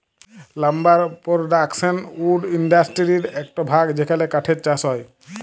lumber production wood ইন্ডাসটিরির একট ভাগ যেখালে কাঠের চাষ হয়